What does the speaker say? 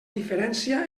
diferència